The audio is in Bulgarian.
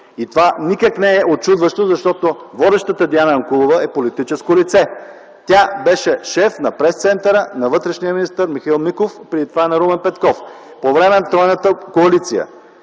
Това никак не е учудващо, защото водещата Диана Янкулова е политическо лице. Тя беше шеф на пресцентъра на вътрешния министър Михаил Миков, преди това – на Румен Петков, по време на тройната коалиция.